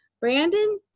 Brandon